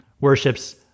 worships